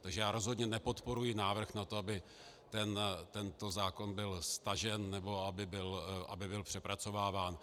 Takže já rozhodně nepodporuji návrh na to, aby tento zákon byl stažen nebo aby byl přepracováván.